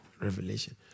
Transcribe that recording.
Revelation